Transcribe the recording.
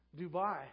Dubai